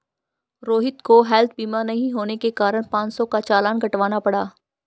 रोहित को हैल्थ बीमा नहीं होने के कारण पाँच सौ का चालान कटवाना पड़ा